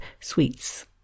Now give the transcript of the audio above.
sweets